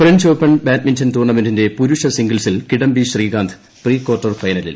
French open badminton ടൂർണമെന്റിന്റെ പുരുഷ സിംഗിംൾസിൽ കിടംബി ശ്രീകാന്ത് പ്രീക്വാർട്ടർ ഫൈനലിൽ